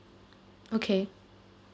okay